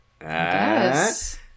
Yes